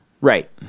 Right